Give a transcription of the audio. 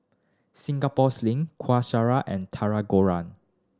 Singapore Sling Kueh Syara and Tahu Goreng